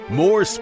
more